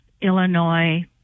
illinois